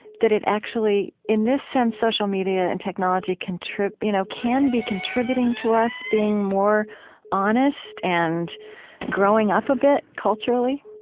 that it actually in this sense, social media and technology you know can be contributing to us being more honest and growing up a bit, culturally?